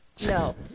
No